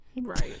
Right